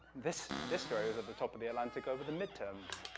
this this story was at the top of the atlantic over the mid-terms,